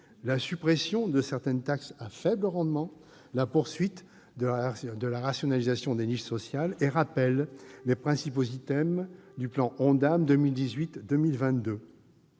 la suppression de certaines taxes à faible rendement ou encore la poursuite de la rationalisation des niches sociales, et rappelle les principaux items du plan ONDAM 2018-2022.